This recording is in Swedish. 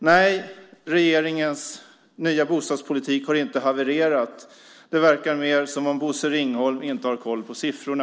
Nej, regeringens nya bostadspolitik har inte havererat. Det verkar mer som om Bosse Ringholm inte har koll på siffrorna.